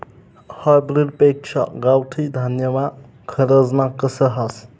hybrid पेक्शा गावठी धान्यमा खरजना कस हास